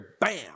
bam